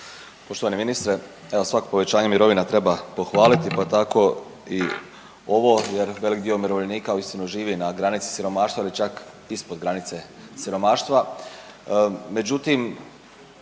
Poštovani ministre, evo svako povećanje mirovina treba pohvaliti pa tako i ovo jer velik dio umirovljenika uistinu živi na granici siromaštva ili čak ispod granice siromaštva.